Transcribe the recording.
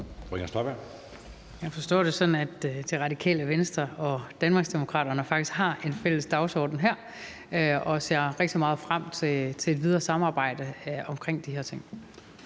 Jeg forstår det sådan, at Radikale Venstre og Danmarksdemokraterne faktisk har en fælles dagsorden her, og jeg ser rigtig meget frem til et videre samarbejde omkring de her ting.